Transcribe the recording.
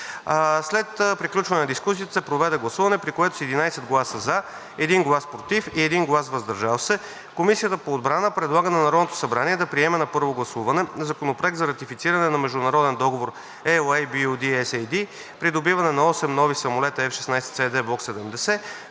След приключване на дискусията се проведе гласуване, при което с 11 гласа „за“, 1 глас „против“ и 1 глас „въздържал се“ Комисията по отбрана предлага на Народното събрание да приеме на първо гласуване Законопроект за ратифициране на Международен договор (LOA) BU-D-SAD „Придобиване на 8 (осем) нови самолета F-16C/D Block 70,